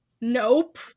nope